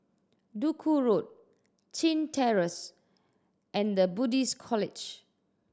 Duku Road Chin Terrace and The Buddhist College